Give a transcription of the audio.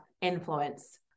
influence